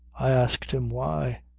i asked him why?